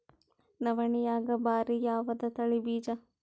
ನವಣಿಯಾಗ ಭಾರಿ ಯಾವದ ತಳಿ ಬೀಜ?